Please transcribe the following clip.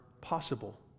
possible